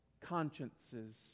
consciences